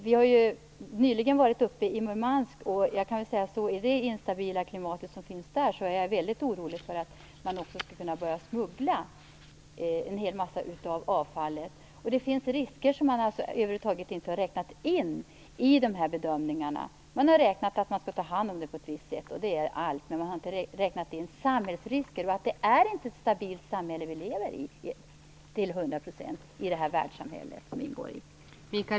Vi har nyligen varit uppe i Murmansk, och med tanke på det instabila läge som där finns är jag mycket orolig för att man också kan börja smuggla ut en hel del av avfallet. Det finns risker som man över huvud taget inte har räknat in i sina bedömningar. Man har räknat med att avfallet skall tas om hand på ett visst sätt, men man har inte räknat in samhällsriskerna. Vi lever inte i ett till 100% stabilt världssamhälle.